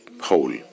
whole